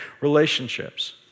relationships